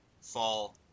fall